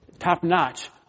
top-notch